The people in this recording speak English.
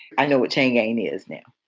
i know what change game is now,